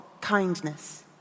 kindness